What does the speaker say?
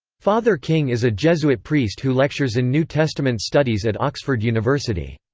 father king is a jesuit priest who lectures in new testament studies at oxford university.